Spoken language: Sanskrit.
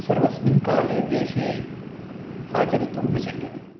सर्वस्मिन् काले देशे आचरितुं न शक्यते